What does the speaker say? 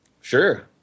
Sure